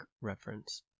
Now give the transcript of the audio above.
reference